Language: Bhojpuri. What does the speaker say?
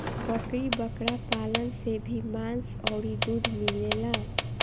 बकरी बकरा पालन से भी मांस अउरी दूध मिलेला